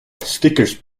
stickers